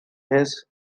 his